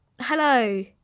hello